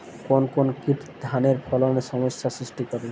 কোন কোন কীট ধানের ফলনে সমস্যা সৃষ্টি করে?